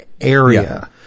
area